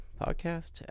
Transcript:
Podcast